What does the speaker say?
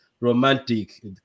romantic